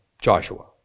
Joshua